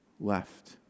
Left